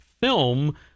film